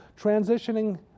Transitioning